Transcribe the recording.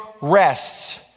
rests